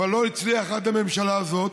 אבל הוא לא הצליח עד הממשלה הזאת,